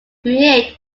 create